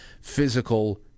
physical